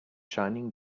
shining